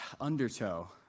undertow